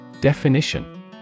Definition